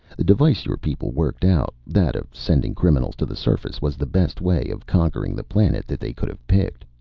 the device your people worked out, that of sending criminals to the surface, was the best way of conquering the planet that they could have picked.